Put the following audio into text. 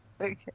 Okay